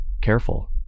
Careful